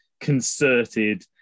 concerted